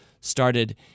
Started